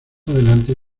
adelante